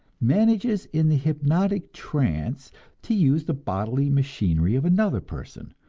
manages in the hypnotic trance to use the bodily machinery of another person,